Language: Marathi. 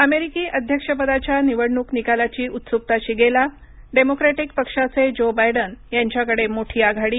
अमेरिकी अध्यक्षपदाच्या निवडणूक निकालाची उत्सुकता शिगेला डेमोक्रॅटिक पक्षाचे ज्यो बायडन यांच्याकडे मोठी आघाडी